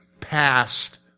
past